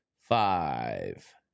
Five